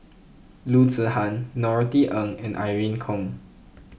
Loo Zihan Norothy Ng and Irene Khong